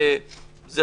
זה